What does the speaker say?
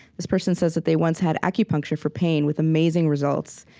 this person says that they once had acupuncture for pain, with amazing results.